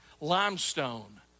limestone